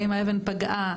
האם האבן פגעה,